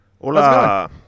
Hola